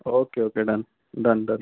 okay okay done done done